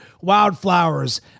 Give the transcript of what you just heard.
Wildflowers